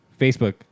Facebook